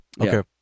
okay